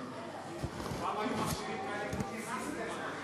פעם היו מכשירים כאלה מולטי-סיסטם.